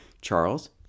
Charles